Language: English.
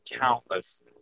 countless